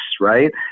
right